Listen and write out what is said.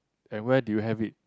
and where do you have it